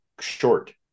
short